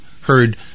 heard